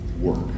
work